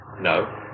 no